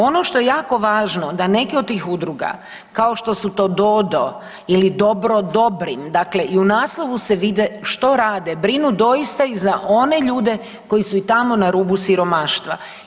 Ono što je jako važno, da neke od tih udruga, kao što su to DoDo ili Dobro Dobrim, dakle i u naslovu se vide što rade, brinu doista i za one ljude koji su i tamo na rubu siromaštva.